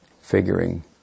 figuring